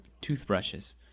toothbrushes